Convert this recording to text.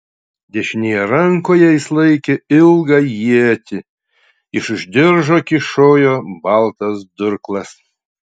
dešinėje rankoje jis laikė ilgą ietį iš už diržo kyšojo baltas durklas